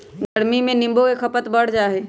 गर्मियन में नींबू के खपत बढ़ जाहई